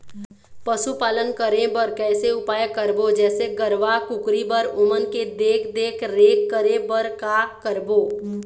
पशुपालन करें बर कैसे उपाय करबो, जैसे गरवा, कुकरी बर ओमन के देख देख रेख करें बर का करबो?